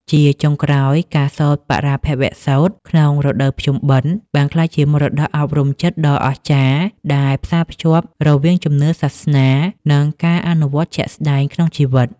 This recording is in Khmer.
ជាចុងក្រោយ ការសូត្របរាភវសូត្រក្នុងរដូវភ្ជុំបិណ្ឌ បានក្លាយជាមរតកអប់រំចិត្តដ៏អស្ចារ្យដែលផ្សារភ្ជាប់រវាងជំនឿសាសនា និងការអនុវត្តជាក់ស្ដែងក្នុងជីវិត។